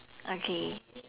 okay